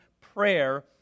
prayer